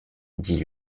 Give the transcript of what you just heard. dit